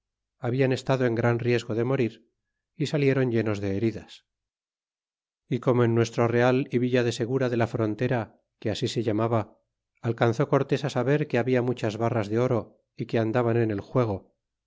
habian estado en gran riesgo de morir y salieron llenos de heridas y como en nuestro real y villa de segura de la frontera que así se llamaba alcanzó cortés a saber que habla muchas barras de oro y que andaban en el juego